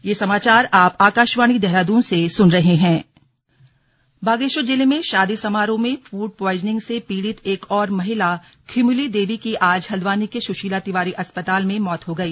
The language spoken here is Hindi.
स्लग फूड प्वाइजनिंग बागेश्वर जिले में शादी समारोह में फूड प्वाइजनिंग से पीड़ित एक और महिला खिमुली देवी की आज हल्द्वानी के सुशीला तिवारी अस्पताल में मौत हो गई